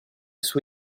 suo